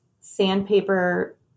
sandpaper